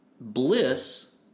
bliss